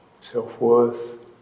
self-worth